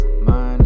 mind